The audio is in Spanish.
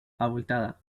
abultada